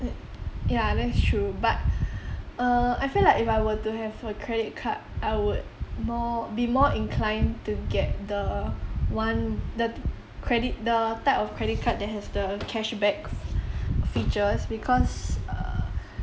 ya that's true but uh I feel like if I were to have a credit card I would more be more more inclined to get the one the t~ credit the type of credit card that has the cashback features because uh